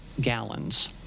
gallons